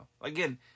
again